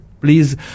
please